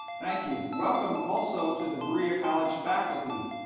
thank you. welcome also to the berea college faculty,